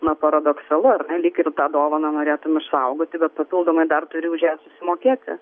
na paradoksalu ar ne lyg ir tą dovaną norėtum išsaugoti bet papildomai dar turi už ją susimokėti